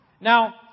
Now